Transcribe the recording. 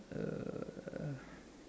uh